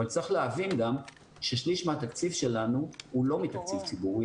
אבל צריך להבין גם ששליש מהתקציב שלנו הוא לא מתקציב ציבורי,